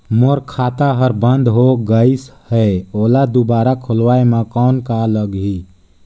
मोर खाता हर बंद हो गाईस है ओला दुबारा खोलवाय म कौन का लगही?